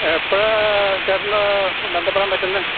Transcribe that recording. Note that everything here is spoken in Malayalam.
എപ്പോഴാണ് ചേട്ടന് ബന്ധപ്പെടാൻ പറ്റുന്നത്